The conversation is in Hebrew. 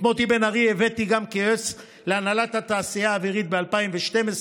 את מוטי בן ארי הבאתי גם כיועץ להנהלת התעשייה האווירית ב-2012,